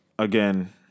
Again